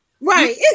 Right